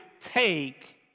take